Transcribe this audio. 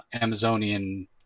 Amazonian